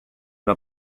una